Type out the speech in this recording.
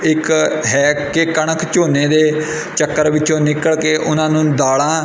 ਇੱਕ ਹੈ ਕਿ ਕਣਕ ਝੋਨੇ ਦੇ ਚੱਕਰ ਵਿੱਚੋਂ ਨਿਕਲ ਕੇ ਉਹਨਾਂ ਨੂੰ ਦਾਲਾਂ